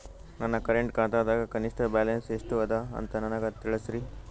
ನನ್ನ ಕರೆಂಟ್ ಖಾತಾದಾಗ ಕನಿಷ್ಠ ಬ್ಯಾಲೆನ್ಸ್ ಎಷ್ಟು ಅದ ಅಂತ ನನಗ ತಿಳಸ್ರಿ